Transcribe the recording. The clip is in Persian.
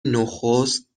نخست